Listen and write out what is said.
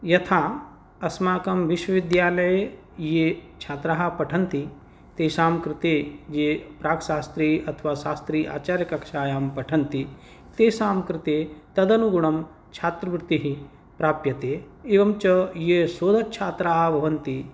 यथा अस्माकं विश्वविद्यालये ये छात्राः पठन्ति तेषां कृते ये प्राक्शास्त्रि अथवा शास्त्रि आचार्यकक्षायां पठन्ति तेषां कृते तदनुगुणं छात्रवृत्तिः प्राप्यते एवं च ये शोधछात्राः भवन्ति